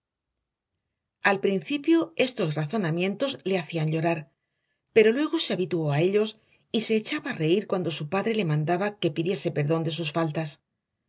al principio estos razonamientos le hacían llorar pero luego se habituó a ellos y se echaba a reír cuando su padre le mandaba que pidiese perdón de sus faltas